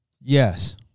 Yes